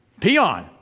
peon